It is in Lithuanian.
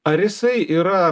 ar jisai yra